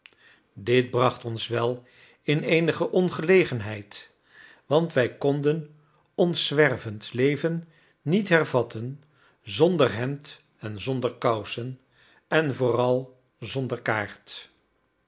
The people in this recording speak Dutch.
dit bracht ons wel in eenige ongelegenheid want wij konden ons zwervend leven niet hervatten zonder hemd en zonder kousen en vooral zonder kaart